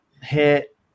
hit